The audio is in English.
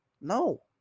No